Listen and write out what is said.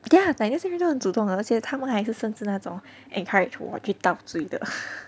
ya but then 是遇到这种主动的而且他们还是甚至那种 encourage 我去到追的